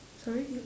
sorry